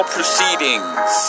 Proceedings